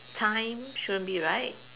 time shouldn't be right